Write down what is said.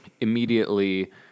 immediately